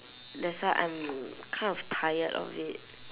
that's why I'm kind of tired of it